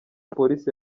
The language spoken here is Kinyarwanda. polisi